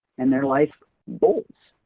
and their life goals.